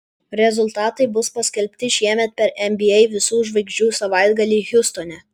rezultatai bus paskelbti šiemet per nba visų žvaigždžių savaitgalį hjustone